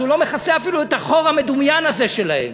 שהוא לא מכסה אפילו את החור המדומיין הזה שלהם.